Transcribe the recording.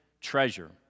treasure